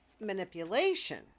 manipulation